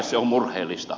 se on murheellista